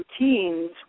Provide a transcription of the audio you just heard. Routines